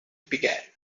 began